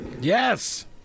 Yes